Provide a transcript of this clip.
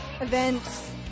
events